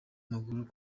maguru